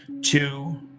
Two